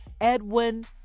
Edwin